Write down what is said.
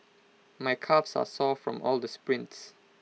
my calves are sore from all the sprints